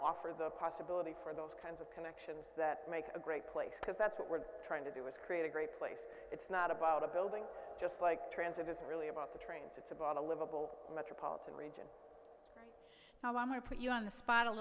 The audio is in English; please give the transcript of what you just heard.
offer the possibility for those kinds of connections that make a great place because that's what we're trying to do is create a great place it's not about a building just like transit is really about the trains it's about a livable metropolitan region so i'm going to put you on the final